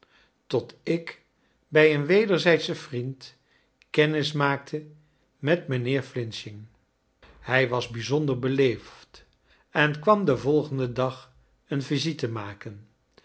tot ik bij een wederzijdschen vriend kennis maakte met mijnheer flinching hij was bijzonder beleefd en kwam den volgenden dag een visite maken